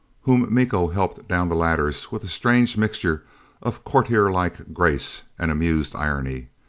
whom miko helped down the ladders with a strange mixture of courtierlike grace and amused irony.